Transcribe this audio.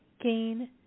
gain